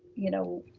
you know,